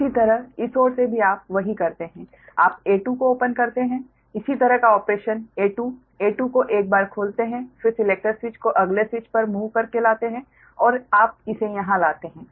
इसी तरह इस ओर से भी आप वही करते हैं आप A2 को ओपन करते हैं इसी तरह का ऑपरेशन A2 A2 को एक बार खोलते हैं फिर सिलेक्टर स्विच को अगले स्विच पर मूव कर के लाते हैं और आप इसे यहाँ लाते हैं